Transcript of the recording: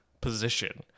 position